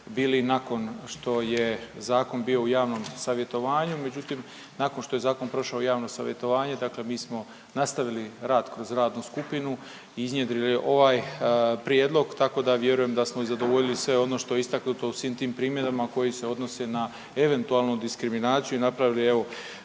bili nakon što je zakon bio u javnom savjetovanju, međutim, nakon što je zakon prošao u javno savjetovanje, dakle mi smo nastavili rad kroz radnu skupinu i iznjedrili ovaj prijedlog, tako da vjerujem da smo zadovoljili sve ono što je istaknuto u svim tim primjedbama koji se odnose na eventualnu diskriminaciju i napravili evo,